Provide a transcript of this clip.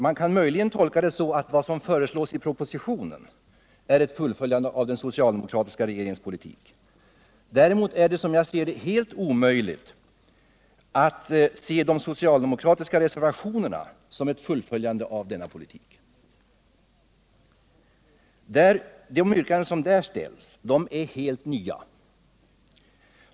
Man kan möjligen tolka det så att vad som föreslås i propositionen är ett fullföljande av den socialdemokratiska regeringens politik. Däremot kan jag inte finna annat än att det är helt omöjligt att se de socialdemokratiska reservationerna som ett fullföljande av denna politik. De yrkanden som där ställs är helt nya.